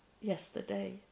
yesterday